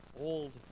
old